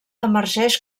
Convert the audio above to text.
emergeix